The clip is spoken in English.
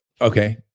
okay